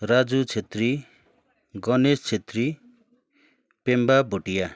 Raju Chhetri Ganesh Chhetri Pemba Bhutia